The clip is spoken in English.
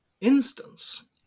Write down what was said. instance